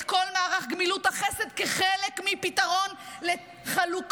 את כל מערך גמילות החסד כחלק מפתרון לחלוקה